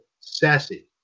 Sassy